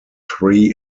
three